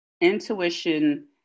intuition